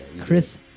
Chris